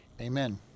Amen